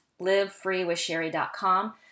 livefreewithsherry.com